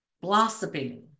blossoming